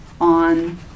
on